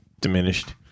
diminished